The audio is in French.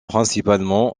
principalement